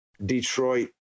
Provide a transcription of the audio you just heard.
Detroit